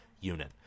unit